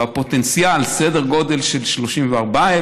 בפוטנציאל סדר גודל של 34,000,